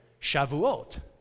Shavuot